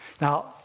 Now